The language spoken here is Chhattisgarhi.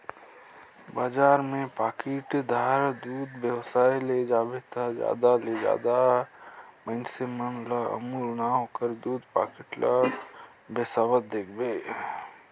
बजार में पाकिटदार दूद बेसाए ले जाबे ता जादा ले जादा मइनसे मन ल अमूल नांव कर दूद पाकिट ल बेसावत देखबे